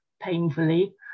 painfully